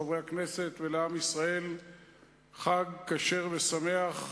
לחברי הכנסת ולעם ישראל חג כשר ושמח,